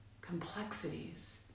complexities